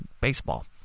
baseball